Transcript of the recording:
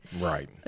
Right